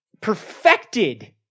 perfected